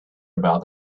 about